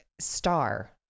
star